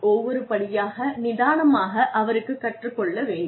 ஒவ்வொரு படியாக நிதானமாக அவருக்கு கற்றுக் கொள்ள வேண்டும்